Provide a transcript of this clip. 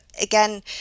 again